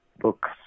books